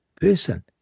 person